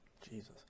Jesus